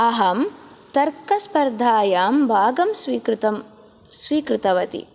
अहं तर्कस्पर्धायां भागं स्वीकृतम् स्वीकृतवती